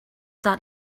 that